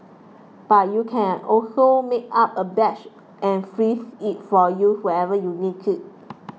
but you can also make up a batch and freeze it for use whenever you need it